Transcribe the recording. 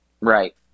Right